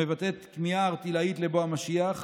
המבטאת כמיהה ערטילאית לבוא המשיח,